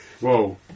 Whoa